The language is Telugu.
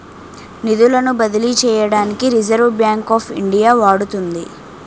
నిధులను బదిలీ చేయడానికి రిజర్వ్ బ్యాంక్ ఆఫ్ ఇండియా వాడుతుంది